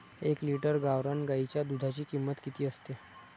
एक लिटर गावरान गाईच्या दुधाची किंमत किती असते?